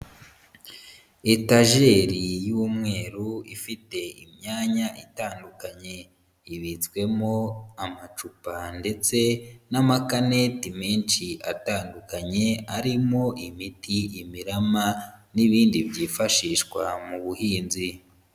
Etajeri y'umweru ifite imyanya itandukanye, ibitswemo amacupa ndetse n'amakanete menshi atandukanye arimo imiti, imirama n'ibindi byifashishwa mu buhinzi.